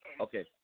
okay